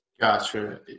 Gotcha